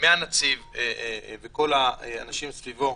מהנציב ומכל האנשים סביבו,